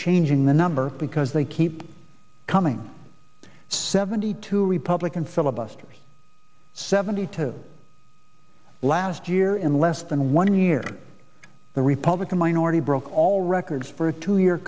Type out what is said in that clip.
changing the number because they keep coming seventy two republican filibusters seventy two last year in less than one year the republican minority broke all records for a two year